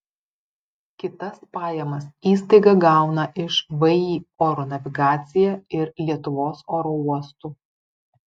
kitas pajamas įstaiga gauna iš vį oro navigacija ir lietuvos oro uostų